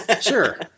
sure